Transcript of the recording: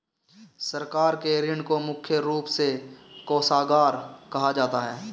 सरकार के ऋण को मुख्य रूप से कोषागार कहा जाता है